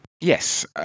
Yes